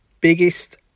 biggest